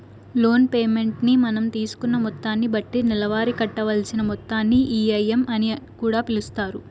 loan payment ని మనం తీసుకున్న మొత్తాన్ని బట్టి నెలవారీ కట్టవలసిన మొత్తాన్ని ఈ.ఎం.ఐ అని కూడా పిలుస్తారు